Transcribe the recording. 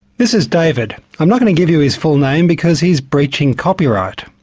this is david. i'm not going to give you his full name because he's breaching copyright.